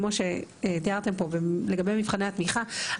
כמו שתיארתם פה לגבי מבחני התמיכה,